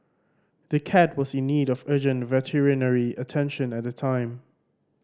the cat was in need of urgent veterinary attention at the time